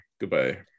Goodbye